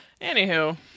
anywho